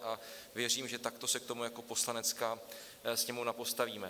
A věřím, že takto se k tomu jako Poslanecká sněmovna postavíme.